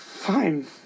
Fine